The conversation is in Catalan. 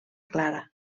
clara